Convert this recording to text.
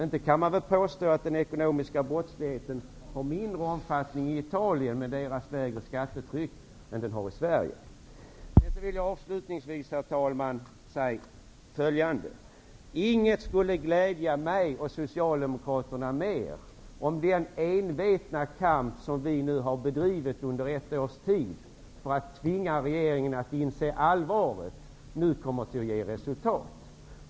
Inte kan man väl påstå att den ekonomiska brottsligheten är av mindre omfattning i Italien, som har lägre skattetryck, än den är i Sverige. Avslutningsvis, herr talman, vill jag säga följande. Ingenting skulle glädja mig och Socialdemokraterna mer än om den envetna kamp som vi bedrivit under ett års tid för att tvinga regeringen att inse allvaret nu kommer att ge resultat.